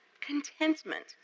contentment